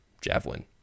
javelin